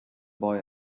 boy